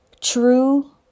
true